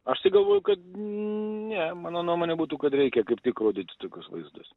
aš tai galvoju kad ne mano nuomonė būtų kad reikia kaip tik rodyti tokius vaizdus